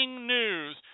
news